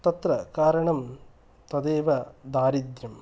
तत्र कारणं तदेव दारिद्र्यम्